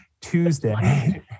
Tuesday